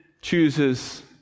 chooses